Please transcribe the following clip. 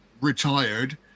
retired